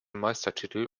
meistertitel